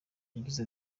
yagize